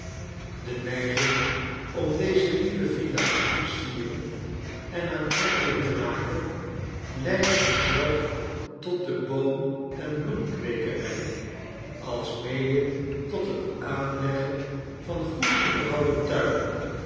de neiging om deze lieve villa's te versieren en aantrekkelijk te maken leidt vanzelf tot de boom en bloemkweekeryen alsmede tot het aanleggen van goed onderhouden tuinen